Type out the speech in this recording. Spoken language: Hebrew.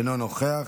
אינו נוכח,